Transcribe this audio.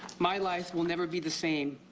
my life will never be the same,